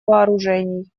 вооружений